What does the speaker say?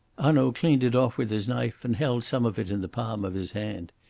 hanaud cleaned it off with his knife and held some of it in the palm of his hand.